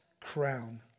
crown